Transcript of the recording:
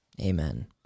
Amen